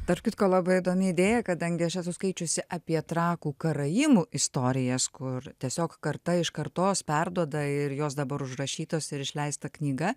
tarp kitko labai įdomi idėja kadangi aš esu skaičiusi apie trakų karaimų istorijas kur tiesiog karta iš kartos perduoda ir jos dabar užrašytos ir išleista knyga